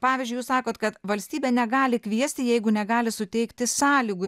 pavyzdžiui jūs sakot kad valstybė negali kviesti jeigu negali suteikti sąlygų